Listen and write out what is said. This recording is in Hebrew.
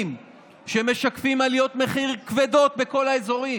שמשקפים עליות מחיר כבדות בכל האזורים.